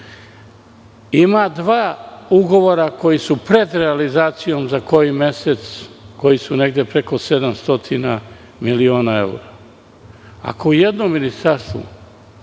Ima dva ugovora koji su pred realizacijom za koji mesec, koji su negde preko 700.000.000 evra. Ako jedno ministarstvo